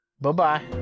Bye-bye